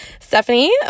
Stephanie